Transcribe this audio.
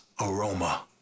aroma